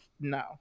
no